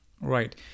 Right